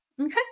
okay